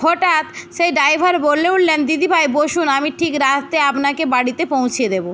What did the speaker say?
হঠাৎ সেই ড্রাইভার বলে উঠলেন দিদিভাই বসুন আমি ঠিক রাতে আপনাকে বাড়িতে পৌঁছিয়ে দেবো